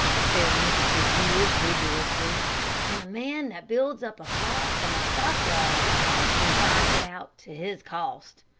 said mr. wood, vigorously and a man that builds up a flock from a stockyard often finds it out to his cost.